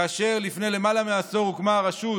כאשר לפני למעלה מעשור הוקמה רשות